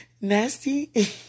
nasty